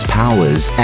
powers